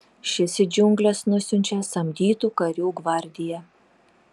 šis į džiungles nusiunčia samdytų karių gvardiją